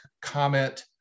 comment